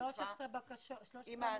13 עמותות.